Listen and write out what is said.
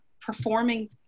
performing